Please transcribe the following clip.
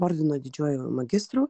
ordino didžiuoju magistru